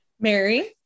Mary